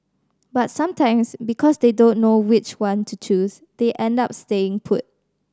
but sometimes because they don't know which one to choose they end up staying put